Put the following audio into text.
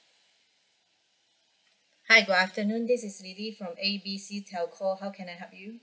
hi good afternoon this is lily from A B C telco how can I help you